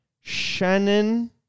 Shannon